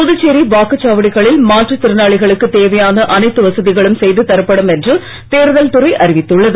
புதுச்சேரி வாக்குச் சாவடிகளில் மாற்றுத் திறனாளிகளுக்கு தேவையான அனைத்து வசதிகளும் செய்து தரப்படும் என்று தேர்தல் துறை அறிவித்துள்ளது